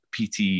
PT